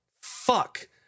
Fuck